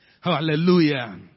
Hallelujah